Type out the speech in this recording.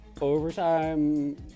Overtime